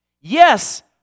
Yes